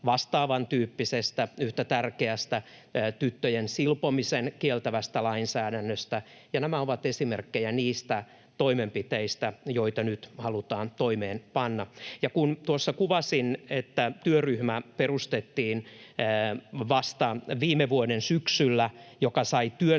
vastaavantyyppisestä, yhtä tärkeästä tyttöjen silpomisen kieltävästä lainsäädännöstä, ja nämä ovat esimerkkejä niistä toimenpiteistä, joita nyt halutaan toimeenpanna. Ja kun tuossa kuvasin, että työryhmä perustettiin vasta viime vuoden syksyllä ja sai työnsä valmiiksi